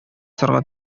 ясарга